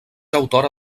autora